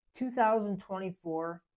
2024